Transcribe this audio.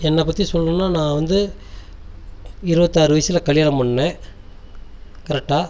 என்னை பற்றி சொல்லணும்னா நான் வந்து இருபத்தி ஆறு வயதில் கல்யாணம் பண்ணுனேன் கரெக்டாக